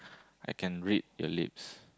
I can read your lips